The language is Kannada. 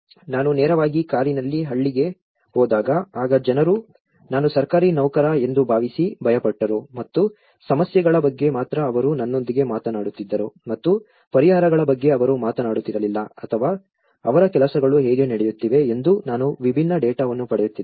ನಾನು ನೇರವಾಗಿ ಕಾರಿನಲ್ಲಿ ಹಳ್ಳಿಗೆ ಹೋದಾಗ ಆಗ ಜನರು ನಾನು ಸರ್ಕಾರಿ ನೌಕರ ಎಂದು ಭಾವಿಸಿ ಭಯಪಟ್ಟರು ಮತ್ತು ಸಮಸ್ಯೆಗಳ ಬಗ್ಗೆ ಮಾತ್ರ ಅವರು ನನ್ನೊಂದಿಗೆ ಮಾತನಾಡುತ್ತಿದ್ದರು ಮತ್ತು ಪರಿಹಾರಗಳ ಬಗ್ಗೆ ಅವರು ಮಾತನಾಡುತ್ತಿರಲಿಲ್ಲ ಅಥವಾ ಅವರ ಕೆಲಸಗಳು ಹೇಗೆ ನಡೆಯುತ್ತಿವೆ ಎಂದು ನಾನು ವಿಭಿನ್ನ ಡೇಟಾವನ್ನು ಪಡೆಯುತ್ತಿದ್ದೇನೆ